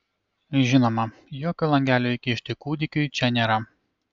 žinoma jokio langelio įkišti kūdikiui čia nėra